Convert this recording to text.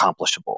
accomplishable